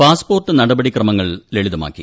passport നടപടിക്രമങ്ങൾ ലളിതമാക്കി